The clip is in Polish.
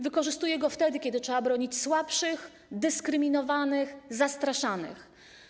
Wykorzystuję go, kiedy trzeba bronić słabszych, dyskryminowanych i zastraszanych.